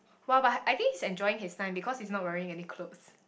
!wah! but I think he's enjoying his time because he's not wearing any clothes